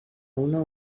una